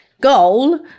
goal